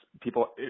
people